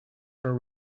for